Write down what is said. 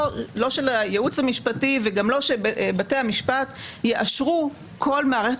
שהייעוץ המשפטי וגם לא שבתי המשפט יאשרו כל מערכת.